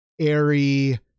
airy